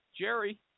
Jerry